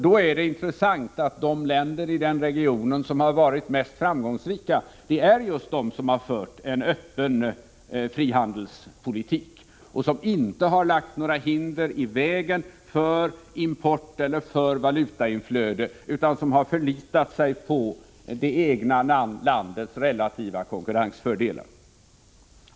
Då är det intressant att de länder i den regionen som har varit mest framgångsrika är just de som har fört en öppen frihandelspolitik och som inte har lagt några hinder i vägen för import eller för valutainflöde utan har förlitat sig på det egna landets relativa konkurrensfördelar.